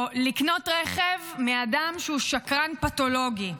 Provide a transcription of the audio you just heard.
או לקנות רכב מאדם שהוא שקרן פתולוגי,